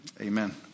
amen